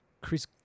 Chris